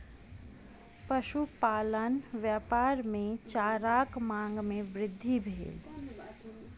पशुपालन व्यापार मे चाराक मांग मे वृद्धि भेल